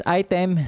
item